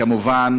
כמובן,